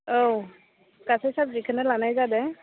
औ गासै साबजेक्टखोनो लानाय जादों